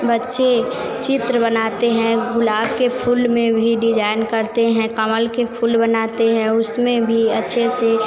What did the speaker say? बच्चे चित्र बनाते हैं गुलाब के फूल में भी डिजाइन करते हैं कमल के फूल बनाते हैं उसमें भी अच्छे से